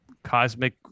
cosmic